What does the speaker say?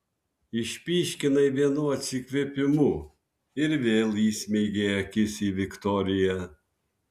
išpyškinai vienu atsikvėpimu ir vėl įsmeigei akis į viktoriją